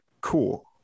cool